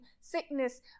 sickness